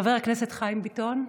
חבר הכנסת חיים ביטון,